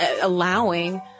allowing